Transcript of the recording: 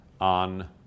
On